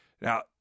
Now—